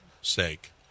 sake